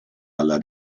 alla